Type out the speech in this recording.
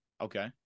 Okay